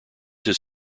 his